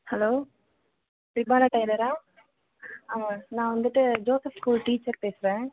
hello Rihanna டெய்லரா ஆ நான் வந்துட்டு ஜோசஃப் ஸ்கூல் டீச்சர் பேசுகிறேன்